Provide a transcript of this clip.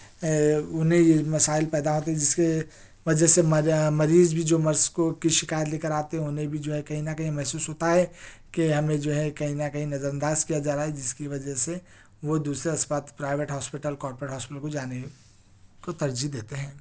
ا انہیں یہ مسائل پیدا ہوتے ہیں جس کے وجہ سے مریض بھی جو مرض کو کی شکایت لے کر آتے ہیں انہیں بھی جو ہے کہیں نہ کہیں محسوس ہوتا ہے کہ ہم نے جو ہے کہیں نہ کہیں نظر اندا کیا جا رہا ہے جس کی وجہ سے وہ دوسرا اسپتال پرائیویٹ ہاسپٹل کارپوریٹ ہاسپٹل کو جانے کو ترجیح دیتے ہیں